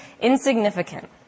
insignificant